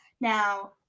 Now